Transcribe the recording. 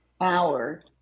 hour